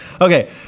Okay